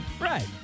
Right